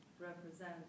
represent